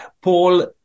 Paul